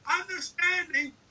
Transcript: Understanding